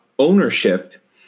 Ownership